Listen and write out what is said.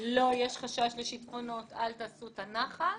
שיש חשש לשיטפונות ולא תעשו את הנחל,